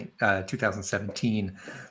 2017